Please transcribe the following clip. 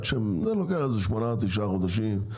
זה לוקח שמונה-תשעה חודשים,